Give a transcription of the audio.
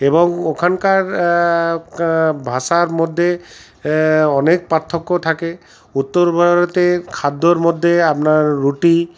এবং ওখানকার ভাষার মধ্যে অনেক পার্থক্য থাকে উত্তর ভারতের খাদ্যর মধ্যে আপনার রুটি